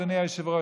אדוני היושב-ראש,